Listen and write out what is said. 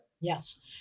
Yes